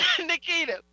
Nikita